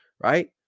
Right